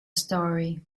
story